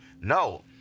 No